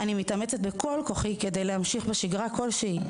אני מתאמצת בכל כוחי כדי להמשיך בשגרה כלשהי,